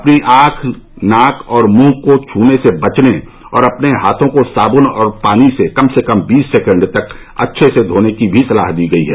अपनी आंख नाक और मुंह को छूने से बचने और अपने हाथों को साबन और पानी से कम से कम बीस सेकेण्ड तक अच्छे से धोने की भी सलाह दी गई है